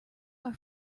are